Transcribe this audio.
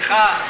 סליחה,